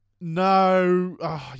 no